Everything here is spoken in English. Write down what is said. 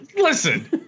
Listen